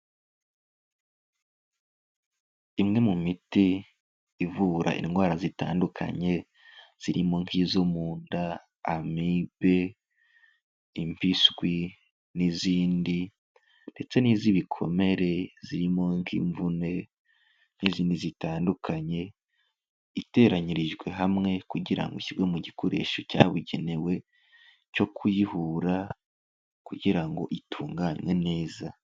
Imwe mu miti ivura indwara zitandukanye ziri mu nk'izo mu nda, Amibe, impiswi n'izindi ndetse n'iz'ibikomere zirimo nk'imvune n'izindi zitandukanye, iteranyirijwe hamwe kugira ngo ishyirwe mu gikoresho cyabugenewe cyo kuyihura kugira ngo itunganwe neza.